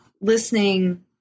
listening